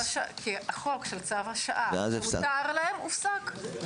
החוק של צו השעה שהותר להם - הופסק.